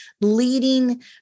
leading